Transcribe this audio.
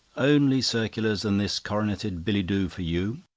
only circulars, and this coroneted billet-doux for you.